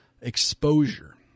exposure